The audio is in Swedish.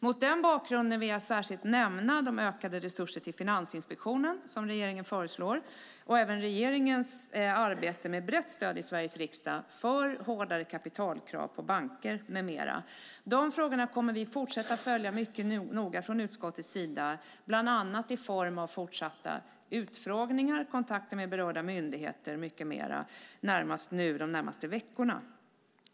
Mot denna bakgrund vill jag särskilt nämna de ökade resurser till Finansinspektionen som regeringen föreslår och även regeringens arbete för hårdare kapitalkrav på banker med mera som har brett stöd i riksdagen. Dessa frågor kommer vi att fortsätta följa noga i utskottet, bland annat i form av fortsatta utfrågningar, kontakter med berörda myndigheter och mycket mer de närmaste veckorna.